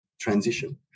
Transition